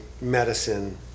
medicine